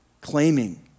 claiming